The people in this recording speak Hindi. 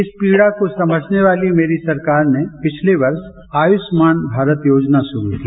इस पीड़ा को समझने वाली मेरी सरकार ने पिछले वर्ष आयुष्मान भारत योजना शुरू की